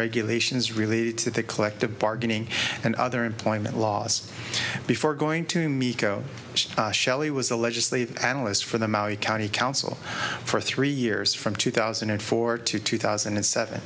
regulations really to the collective bargaining and other employment laws before going to me co shelley was a legislative analyst for the maui county council for three years from two thousand and four to two thousand and seven